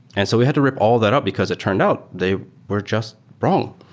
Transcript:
and so we had to rip all that up because it turned out they were just wrong.